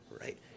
right